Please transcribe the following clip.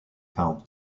found